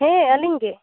ᱦᱮ ᱟᱹᱞᱤᱧ ᱜᱤ